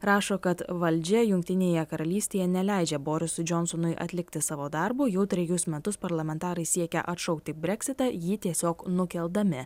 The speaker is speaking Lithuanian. rašo kad valdžia jungtinėje karalystėje neleidžia borisui džonsonui atlikti savo darbo jau trejus metus parlamentarai siekia atšaukti breksitą jį tiesiog nukeldami